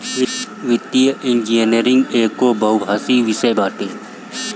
वित्तीय इंजनियरिंग एगो बहुभाषी विषय बाटे